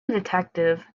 detective